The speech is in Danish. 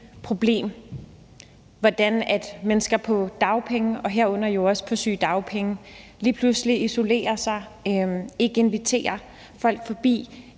problem; altså, hvordan mennesker på dagpenge, herunder jo også på sygedagpenge, lige pludselig isolerer sig, ikke inviterer folk forbi